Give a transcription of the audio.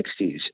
1960s